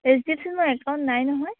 H D F C মোৰ account মোৰ নাই নহয়